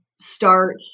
start